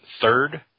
third